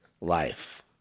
life